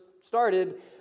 started